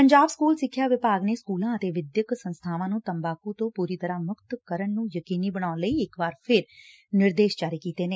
Punjab school ਸਿੱਖਿਆ ਵਿਭਾਗ ਨੇ ਸਕੂਲਾਂ ਅਤੇ ਵਿਦਿਅਕ ਸੰਸਬਾਵਾਂ ਨੂੰ ਤੰਬਾਕੂ ਤੋਂ ਪੁਰੀ ਤਰੂਾਂ ਮੁਕਤ ਕਰਨ ਨੂੰ ਯਕੀਨੀ ਬਨਾਉਣ ਲਈ ਇਕ ਵਾਰ ਫਿਰ ਨਿਰਦੇਸ਼ ਜਾਰੀ ਕੀਤੇ ਨੇ